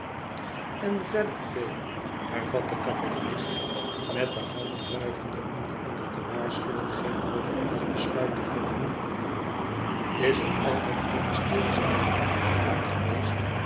en verder phil hervat de cavalerist met de hand wuivende om den ander te waarschuwen geen overijld besluit te vormen is het altijd eene stilzwijgende afspraak geweest